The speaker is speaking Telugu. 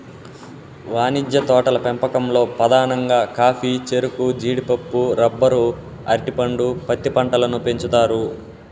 వాణిజ్య తోటల పెంపకంలో పధానంగా కాఫీ, చెరకు, జీడిపప్పు, రబ్బరు, అరటి పండు, పత్తి పంటలను పెంచుతారు